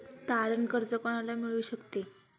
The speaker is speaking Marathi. तारण कर्ज कोणाला मिळू शकते?